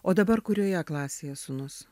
o dabar kurioje klasėje sūnus